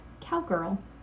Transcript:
Cowgirl